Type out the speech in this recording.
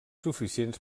suficients